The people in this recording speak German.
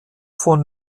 von